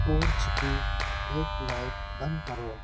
porch کی ایک light بند کرو